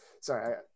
Sorry